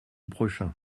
prochain